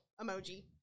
emoji